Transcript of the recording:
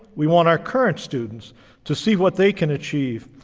we want our current students to see what they can achieve,